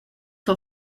for